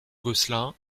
gosselin